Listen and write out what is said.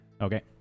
Okay